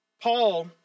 Paul